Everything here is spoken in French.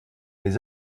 les